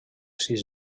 sis